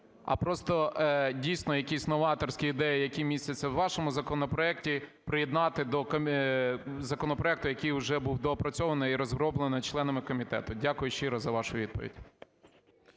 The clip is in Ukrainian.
а просто дійсно якісь новаторські ідеї, які містяться у вашому законопроекті, приєднати до законопроекту, який вже був доопрацьований і розроблений членами комітету? Дякую щиро за вашу відповідь.